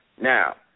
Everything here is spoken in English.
Now